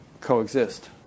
coexist